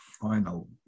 final